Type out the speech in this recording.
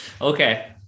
okay